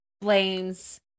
blames